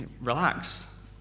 relax